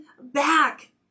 back